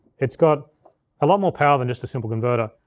it's got a lot more power than just a simple converter.